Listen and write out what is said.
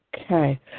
Okay